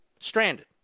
Stranded